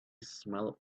smell